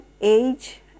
age